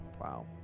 Wow